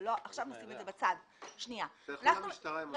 אבל עכשיו נשים אותן בצד --- יש משטרה בשביל זה.